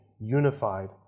unified